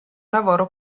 lavoro